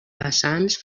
vessants